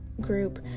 group